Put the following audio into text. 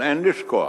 אבל אין לשכוח